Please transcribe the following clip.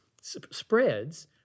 spreads